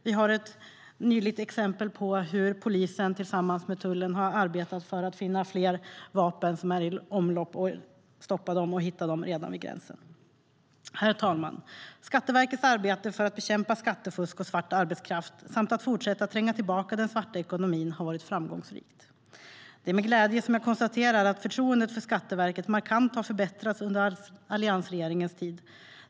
Vi har ett nyligt exempel på hur polisen tillsammans med tullen har arbetat för att finna fler vapen som är i omlopp samt hitta och stoppa dem redan vid gränsen. Herr talman! Skatteverkets arbete för att bekämpa skattefusk och svart arbetskraft samt fortsätta tränga tillbaka den svarta ekonomin har varit framgångsrikt. Det är med glädje jag konstaterar att förtroendet för Skatteverket har förbättrats markant under alliansregeringens tid.